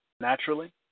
naturally